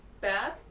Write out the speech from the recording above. bad